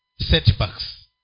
setbacks